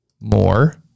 More